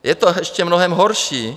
Je to ještě mnohem horší.